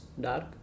dark